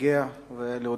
להגיע ולהודות.